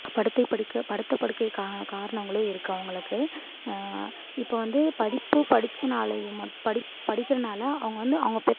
படுத்த படுக்கையாக படுத்த படுக்கைக்கான காரணங்களும் இருக்குது அவர்களுக்கு இப்போ வந்து படிப்பு படித்தனாலையும் மட் படி படிக்கிறனால அவங்க வந்து அவங்க பெத்